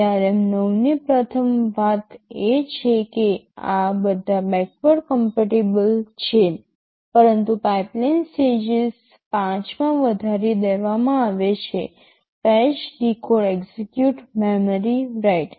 ARM 9 ની પ્રથમ વાત એ છે કે આ બધા બેકવર્ડ કમ્પેટીબલ છે પરંતુ પાઇપલાઇન સ્ટેજીસ 5 માં વધારી દેવામાં આવે છે fetch decode execute memory right